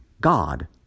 God